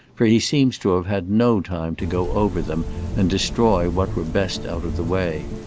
for he seems to have had no time to go over them and destroy what were best out of the way.